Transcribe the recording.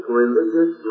religious